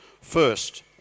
first